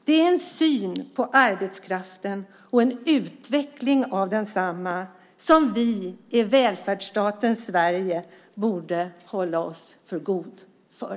Det är en syn på arbetskraften och en utveckling av densamma som vi i välfärdsstaten Sverige borde hålla oss för goda för.